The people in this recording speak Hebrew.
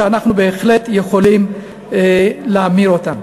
שאנחנו בהחלט יכולים להמיר אותם.